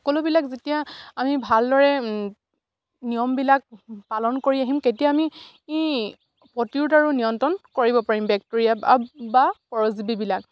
সকলোবিলাক যেতিয়া আমি ভালদৰে নিয়মবিলাক পালন কৰি আহিম তেতিয়া আমি ই প্ৰতিৰোধ আৰু নিয়ন্ত্ৰণ কৰিব পাৰিম বেক্টেৰীয়া বা পৰজীৱীবিলাক